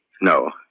No